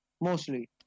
Mostly